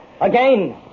again